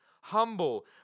humble